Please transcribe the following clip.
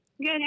Good